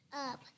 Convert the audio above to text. up